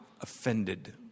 offended